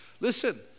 Listen